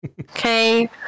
Okay